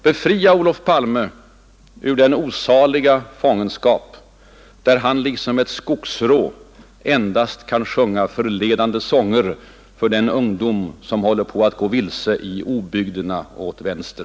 Befria Olof Palme ur den osaliga fångenskap, där han liksom ett skogsrå endast kan sjunga förledande sånger för den ungdom som håller på att gå vilse i obygderna åt vänster!